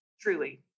truly